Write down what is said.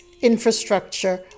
infrastructure